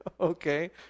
Okay